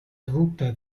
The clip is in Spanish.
ruta